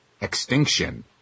extinction